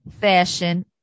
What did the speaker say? fashion